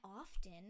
often